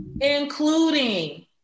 including